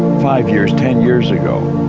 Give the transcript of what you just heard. five years, ten years ago,